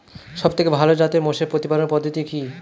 সবথেকে ভালো জাতের মোষের প্রতিপালন পদ্ধতি কি?